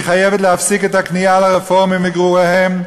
היא חייבת להפסיק את הכניעה לרפורמים וגרוריהם,